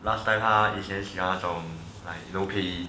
last time ah 他以前是那种 like you know payee